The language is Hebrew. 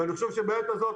ואני חושב שבעת הזאת,